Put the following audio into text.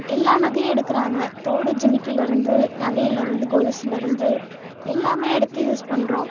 எல்லா நகையும் எடுக்கிறாங்க தோடு ஜிமிக்கிலேருந்து நகையிலேருந்து கொலுசுலேருந்து எல்லாமே எடுத்து யூஸ் பண்ணுறோம்